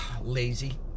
lazy